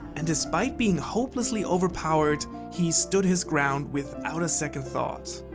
and despite being hopelessly overpowered, he stood his ground without a second thought.